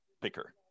picker